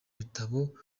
bitabo